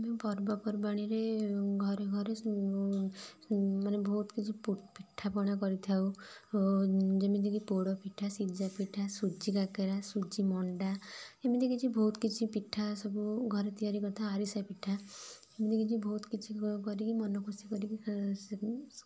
ଆମେ ପର୍ବପର୍ବାଣୀରେ ଘରେ ଘରେ ସବୁ ମାନେ ବହୁତ କିଛି ପିଠା ପଣା କରିଥାଉ ଯେମିତି କି ପୋଡପିଠା ସିଝା ପିଠା ସିଝା ସୁଜି କାକରା ସିଝା ସୁଜି ମଣ୍ଡା ଏମିତି କିଛି ବହୁତ କିଛି ପିଠା ସବୁ ଘରେ ତିଆରି କରିଥାଉ ଆରିଷା ପିଠା ଏମିତି କିଛି ବହୁତ କିଛି କରିକି ମନ ଖୁସି କରିକି